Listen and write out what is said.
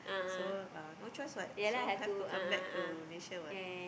so uh no choice [what] so have to come back to Malaysia [what]